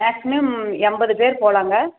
maximum எண்பது பேர் போகலாங்க